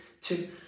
two